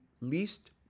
least